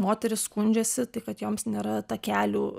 moterys skundžiasi kad joms nėra takelių